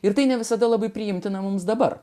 ir tai ne visada labai priimtina mums dabar